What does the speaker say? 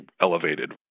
elevated